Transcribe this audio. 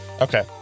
Okay